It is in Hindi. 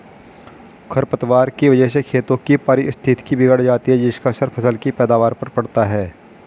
खरपतवार की वजह से खेतों की पारिस्थितिकी बिगड़ जाती है जिसका असर फसल की पैदावार पर पड़ता है